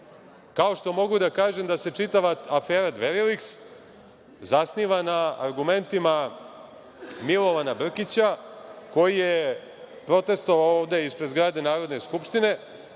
Kao što mogu da kažem da se čitava afera Dveriliks zasniva na argumentima Milovana Brkića koji je protestovao ovde ispred zgrade Narodne skupštine,